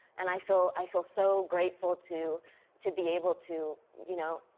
and i feel i feel so grateful to to be able to, you know,